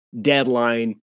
deadline